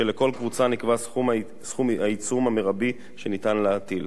ולכל קבוצה נקבע סכום העיצום המרבי שניתן להטיל.